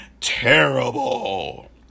terrible